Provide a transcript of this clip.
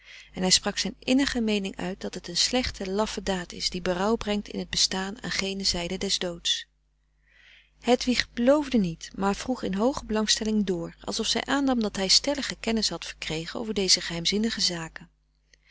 en hij sprak zijn innige meening uit dat het een slechte laffe daad is die berouw brengt in t bestaan aan gene zijde des doods hedwig beloofde niet maar vroeg in hooge belangstelling dr alsof zij aannam dat hij stellige kennis had verkregen over deze geheimzinnige zaken